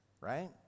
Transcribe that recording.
right